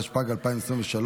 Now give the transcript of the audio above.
התשפ"ג 2023,